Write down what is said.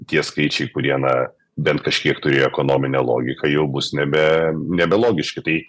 tie skaičiai kurie na bent kažkiek turėjo ekonominę logiką jau bus nebe nebe logiški tai